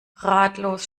ratlos